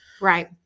right